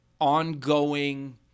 ongoing